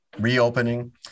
reopening